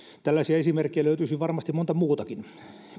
tällaisia esimerkkejä löytyisi varmasti monta muutakin